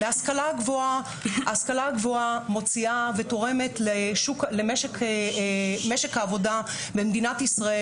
ההשכלה הגבוהה תורמת למשק העבודה במדינת ישראל